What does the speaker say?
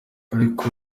ariko